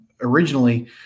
originally